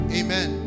amen